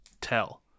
tell